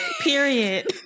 Period